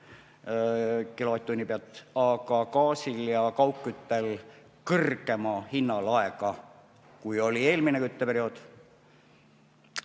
kilovatt-tunni pealt, aga gaasile ja kaugküttele on kõrgema hinnalaega, kui oli eelmine kütteperiood.